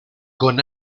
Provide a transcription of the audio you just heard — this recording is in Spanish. con